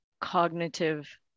cognitive